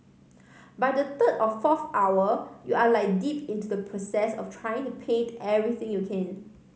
by the third or fourth hour you are like deep into the process of trying to paint everything you can